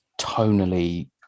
tonally